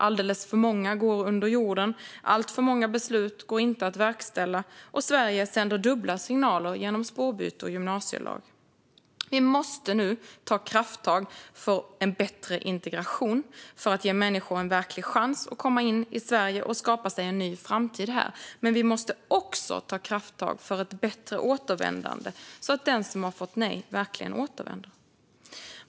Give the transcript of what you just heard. Alldeles för många går under jorden, alltför många beslut går inte att verkställa, och Sverige sänder dubbla signaler genom spårbyte och gymnasielag. Vi måste nu ta krafttag för en bättre integration för att ge människor en verklig chans att komma in i Sverige och skapa sig en ny framtid här. Men vi måste också ta krafttag för ett bättre återvändande, så att den som har fått nej verkligen återvänder.